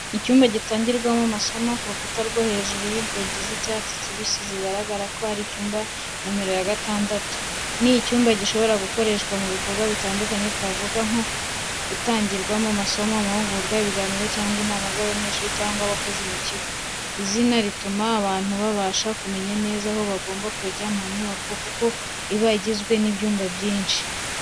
Icyumba gitangirwamo amasomo, ku rukuta hejuru y’inzugi z’icyatsi kibisi zigaragaza ko ari icyumba nomero gatandatu. Ni icyumba gishobora gukoreshwa mu bikorwa bitandukanye, twavuga nko gutangirwamo amasomo, amahugurwa, ibiganiro cyangwa inama z’abanyeshuri cyangwa abakozi mu kigo. Izina rituma abantu babasha kumenya neza aho bagomba kujya mu nyubako kuko iba igizwe n’ibyumba byinshi.